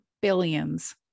billions